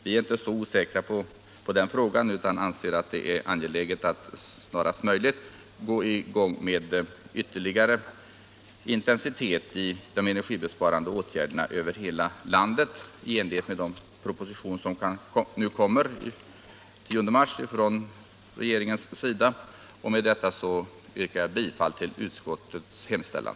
Vi är inte så osäkra härvidlag utan anser att det är angeläget att snarast möjligt sätta in de energibesparande åtgärderna över hela landet med ytterligare intensitet i enlighet med den proposition som regeringen kommer att lägga fram den 10 mars. Med detta, herr talman, yrkar jag bifall till utskottets hemställan.